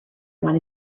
want